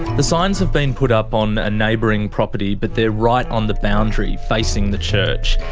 the signs have been put up on a neighbouring property, but they're right on the boundary, facing the church,